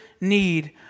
need